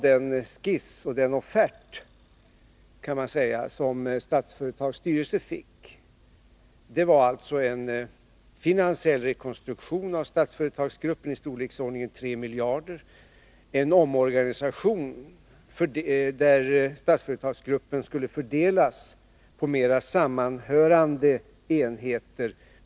Den offert som Statsföretags styrelse fick gällde en finansiell rekonstruktion av Statföretagsgruppen i storleksordningen 3 miljarder, en omorganisation där Statsföretagsgruppen skulle fördelas på mera sammanhörande enheter.